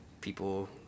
people